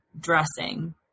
dressing